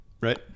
Right